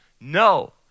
No